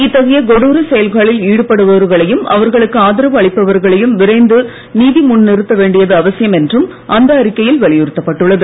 இத்தகைய கொடூரச் செயல்களில் ஈடுபடுபவர்களையும் அவர்களுக்கு ஆதரவு அளிப்பவர்களையும் விரைந்து நீதி முன் நிறுத்த வேண்டியது அவசியம் என்றும் அந்த அறிக்கையில் வலியுறுத்தப் பட்டுள்ளது